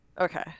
okay